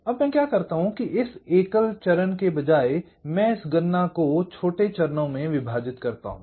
अब मैं क्या करता हूं कि इस एकल चरण के बजाय मैं इस गणना को छोटे चरणों में विभाजित करता हूं